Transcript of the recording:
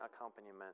accompaniment